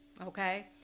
Okay